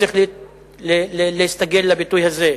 צריך להסתגל לביטוי הזה,